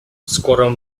скором